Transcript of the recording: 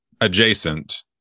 adjacent